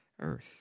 Earth